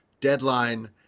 deadline